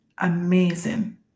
Amazing